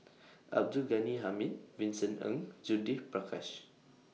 Abdul Ghani Hamid Vincent Ng and Judith Prakash